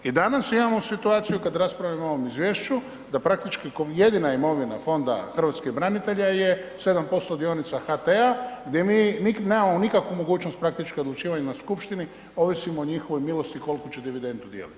I danas imamo situaciju kad raspravljamo o ovom Izvješću da praktički ko jedina imovina Fonda hrvatskih branitelja je 7% dionica HT-a, gdje mi nemamo nikakvu mogućnost praktički odlučivanja na Skupštini, ovisimo o njihovoj milosti kol'ku će dividendu dijeliti.